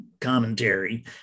commentary